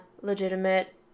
legitimate